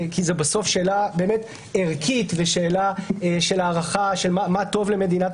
כי זו בסוף שאלה ערכית ושאלה של הערכה מה טוב למדינת